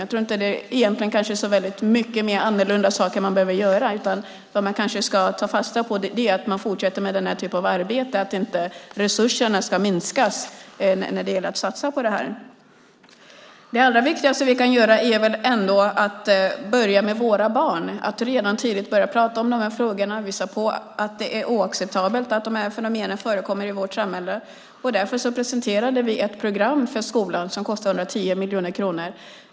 Jag tror egentligen inte att det är så många saker man behöver göra annorlunda, utan man ska kanske ta fasta på att fortsätta med den här typen av arbete. Resurserna ska inte minskas när det gäller att satsa på det här. Det allra viktigaste vi kan göra är väl ändå att börja med våra barn. Vi ska redan tidigt börja prata om de här frågorna och visa på att det är oacceptabelt att de här fenomenen förekommer i vårt samhälle. Därför har vi presenterat ett program för skolan som kostar 110 miljoner kronor.